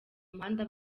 muhanda